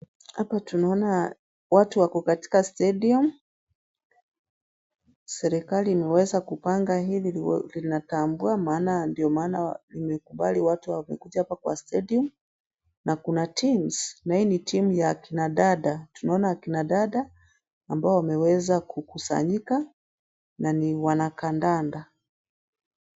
Hapa tunaona watu wako katika stadium , serikali imeweza kupanga hili linatambua maana ndiyo maana limekubali watu wamekuja hapa kwa stadium na kuna teams na hii ni timu ya akina dada, tunaona akina dada, ambao wameweza kukusanyika na ni wanakandanda.